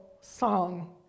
song